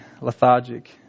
lethargic